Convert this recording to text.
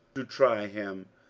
to try him,